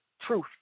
truth